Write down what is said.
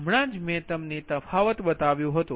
હમણાં જ મેં તમને તફાવત બતાવ્યો હતો